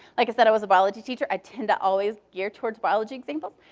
like i said, i was a biology teacher. i tend to always gear towards biology examples.